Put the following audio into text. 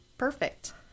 perfect